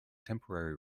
temporary